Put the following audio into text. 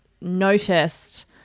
noticed